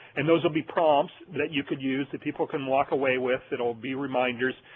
and those will be prompts that you could use that people can walk away with that will be reminders.